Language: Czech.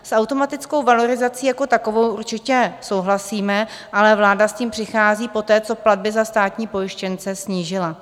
S automatickou valorizací jako takovou určitě souhlasíme, ale vláda s tím přichází poté, co platby za státní pojištěnce snížila.